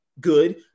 good